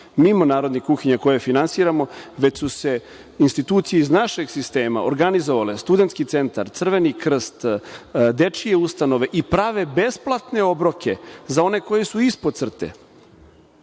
mimo narodnih kuhinja koje finansiramo. Već su se institucije iz našeg sistema organizovale Studenski centar, Crveni krst, dečije ustanove, i prave besplatne obroke za one koji su ispod crte.